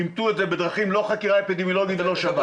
אימתו את זה ברכים שהן לא חקירה אפידמיולוגית ולא שב"כ.